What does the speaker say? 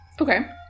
Okay